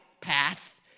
path